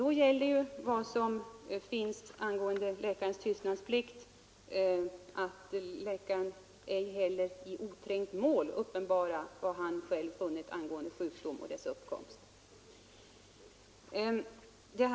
I det senare fallet gäller beträffande läkarens tystnadsplikt att läkaren ”ej heller i oträngt mål får uppenbara vad han själv funnit angående sjukdom och dess uppkomst”.